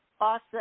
awesome